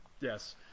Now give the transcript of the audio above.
Yes